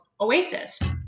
Oasis